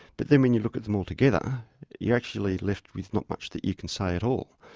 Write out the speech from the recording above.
but then when you look at them all together you're actually left with not much that you can say at all,